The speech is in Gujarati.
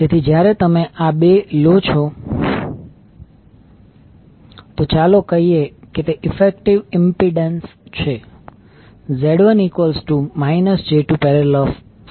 તેથી જ્યારે તમે આ બે લો છો તો ચાલો કહીએ કે તે ઈફેક્ટીવ ઇમ્પિડન્સ છે Z1 j2||40